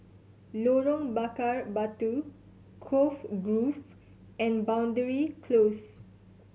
Lorong Bakar Batu Cove Grove and Boundary Close